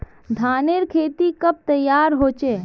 धानेर खेती कब तैयार होचे?